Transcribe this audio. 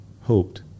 hoped